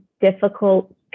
difficult